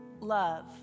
love